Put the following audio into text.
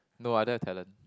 no I don't have talent